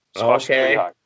Okay